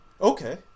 Okay